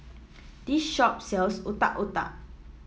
this shop sells Otak Otak